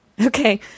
Okay